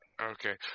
Okay